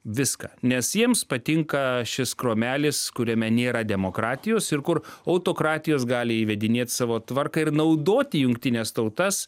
viską nes jiems patinka šis kromelis kuriame nėra demokratijos ir kur autokratijos gali įvedinėt savo tvarką ir naudoti jungtines tautas